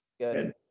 good